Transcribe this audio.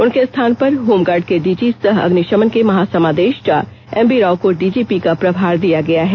उनके स्थान पर होमगार्ड के डीजी सह अग्निषमन के महासमादेष्टा एमवी राव को डीजीपी का प्रभार दिया गया है